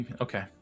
Okay